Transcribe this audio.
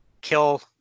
kill